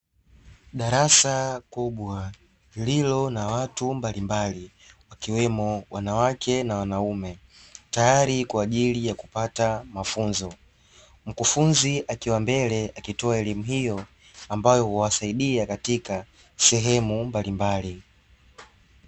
Darasa kubwa lililo na watu mbalimbali, wakiwemo wanawake na wanaume, tayari kwa ajili ya kupata mafunzo. Mkufunzi akiwa mbele akitoa elimu hiyo, ambayo huwasaidia katika sehemu mbalimbali.